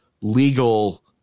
legal